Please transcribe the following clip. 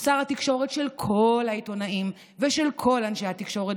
הוא שר התקשורת של כל העיתונאים ושל כל אנשי התקשורת,